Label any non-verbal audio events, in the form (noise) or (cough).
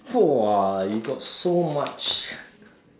!whoa! you got so much (laughs)